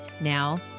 Now